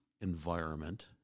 environment –